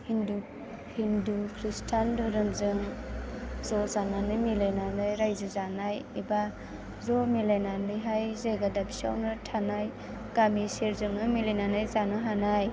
हिन्दु हिन्दु खृष्टान दोहोरोमजों ज' जानानै मिलायनानै बे रायजो जानाय एबा ज' मिलायनानैहाय जायगा दाबसेआवनो थानाय गामि सेरजोंनो मिलायनानै जानो हानाय